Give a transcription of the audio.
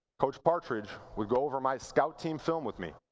coach partridge would go over my scout team film with me.